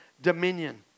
dominion